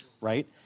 right